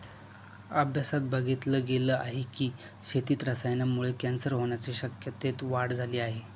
अभ्यासात बघितल गेल आहे की, शेतीत रसायनांमुळे कॅन्सर होण्याच्या शक्यतेत वाढ झाली आहे